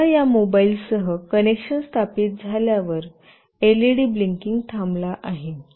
एकदा या मोबाइलसह कनेक्शन स्थापित झाल्यानंतर एलईडी ब्लिंकिंग थांबला आहे